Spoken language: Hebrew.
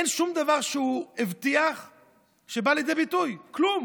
אין שום דבר שהוא הבטיח שבא לידי ביטוי, כלום.